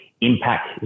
impact